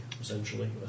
essentially